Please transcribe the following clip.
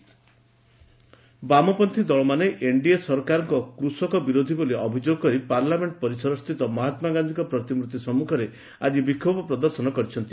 ଲେଫୁପାର୍ଟି protest ବାମପନ୍ତୀ ଦଳମାନେ NDA ସରକାର କୃଷକ ବିରୋଧୀ ବୋଲି ଅଭିଯୋଗ କରି ପାର୍ଲାମେଣ୍ଟ ପରିସରସ୍ଥିତ ମହାତ୍ମା ଗାନ୍ଧୀଙ୍କ ପ୍ରତିମୂର୍ତ୍ତି ସମ୍ମୁଖରେ ଆଜି ବିକ୍ଷୋଭ ପ୍ରଦର୍ଶନ କରିଛନ୍ତି